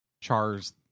chars